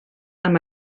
amb